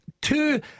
two